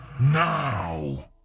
Now